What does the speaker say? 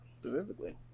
Specifically